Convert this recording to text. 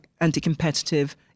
anti-competitive